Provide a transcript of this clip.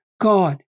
God